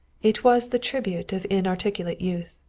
it was the tribute of inarticulate youth.